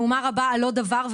מהומה רבה על לא דבר,